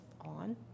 on